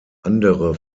andere